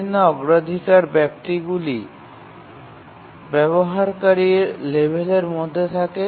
বিভিন্ন প্রাওরিটিগুলি ব্যবহারকারীর সাধ্যের মধ্যে থাকে